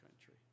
country